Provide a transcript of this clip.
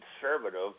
conservative